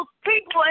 people